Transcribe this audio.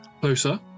closer